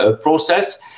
process